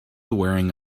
wearing